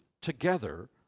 together